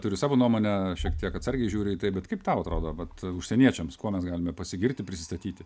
turiu savo nuomonę šiek tiek atsargiai žiūriu į tai bet kaip tau atrodo vat užsieniečiams kuo mes galime pasigirti prisistatyti